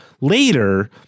later